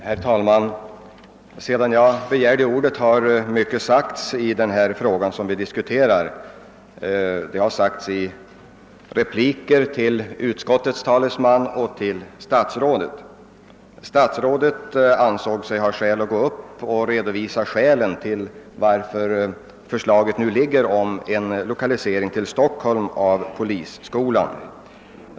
Herr talman! Sedan jag begärde ordet har mycket sagts, bl.a. i repliker till utskottets talesman och till statsrådet. Statsrådet såg sig föranlåten att här i kammaren redovisa skälen för att man föreslagit att lokalisera polisskolan till Stockholm.